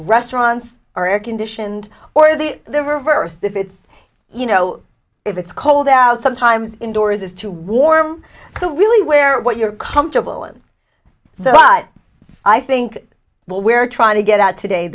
restaurants are air conditioned or the the reverse if it's you know if it's cold out sometimes indoors it's too warm to really wear what you're comfortable and so but i think what we're trying to get out today